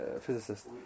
physicist